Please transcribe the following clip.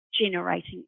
generating